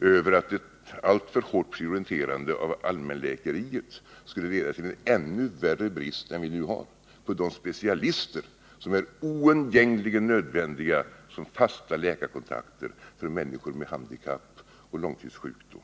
över att ett alltför hårt prioriterande av allmänläkeriet skulle leda till en ännu värre brist än den vi nu har på specialister, som är oundgängligen nödvändiga som fasta läkarkontakter för människor med handikapp och långtidssjukdom.